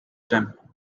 time